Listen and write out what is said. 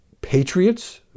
patriots